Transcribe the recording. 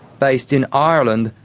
based in ireland,